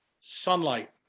Sunlight